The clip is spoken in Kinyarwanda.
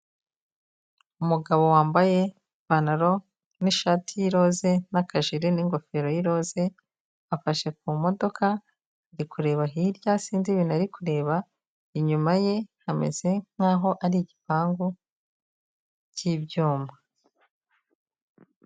Umugabo wambaye ipantaro n'ishati y'iroze n'akajiri n'ingofero y'iroze, afashe ku modoka ari kureba hirya sinzi ibintu ari kureba inyuma ye hameze nk'aho ari igipangu cy'ibyuma.